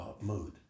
mood